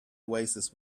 oasis